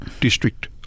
district